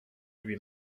lui